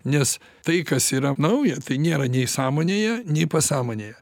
nes tai kas yra nauja tai nėra nei sąmonėje nei pasąmonėje